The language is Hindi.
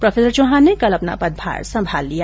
प्रो चौहान ने कल अपना पदभार संभाल लिया